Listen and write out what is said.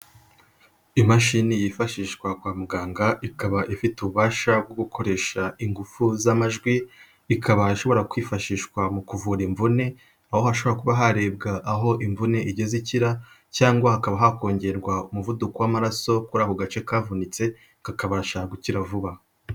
Imashini yifashishwa kwa muganga, ikaba ifite ububasha bwo gukoresha ingufu z'amajwi, ikaba ishobora kwifashishwa mu kuvura imvune, aho hashobora kuba harebwa aho imvune igeze ikira, cyangwa hakaba hakongerwa umuvuduko w'amaraso kuri ako gace kavunitse ,kakabasha gukira vuba.